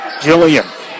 Jillian